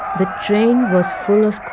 the train was full of